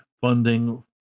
funding